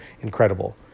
Incredible